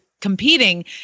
competing